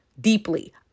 deeply